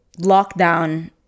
lockdown